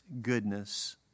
goodness